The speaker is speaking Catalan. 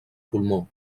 pulmó